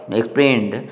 explained